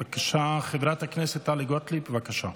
חברת הכנסת טלי גוטליב, בבקשה.